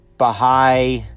Baha'i